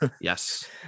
Yes